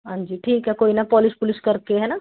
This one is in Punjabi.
ਹਾਂਜੀ ਠੀਕ ਹੈ ਕੋਈ ਨਾ ਪੋਲਿਸ਼ ਪੁਲਿਸ਼ ਕਰਕੇ ਹੈ ਨਾ